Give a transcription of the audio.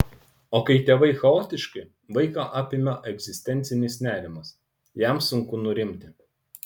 o kai tėvai chaotiški vaiką apima egzistencinis nerimas jam sunku nurimti